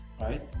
right